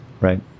Right